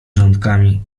żołądkami